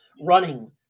running